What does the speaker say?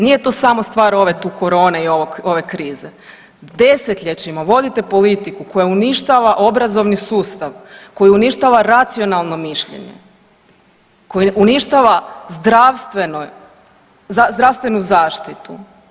Nije tu samo stvar ove tu korone i ovog, ove krize, desetljećima vodite politiku koja uništava obrazovni sustav, koja uništava racionalno mišljenje, koji uništava zdravstveno, zdravstvenu zaštitu.